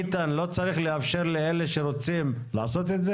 איתן, לא צריך לאפשר לאלה שרוצות, לעשות את זה?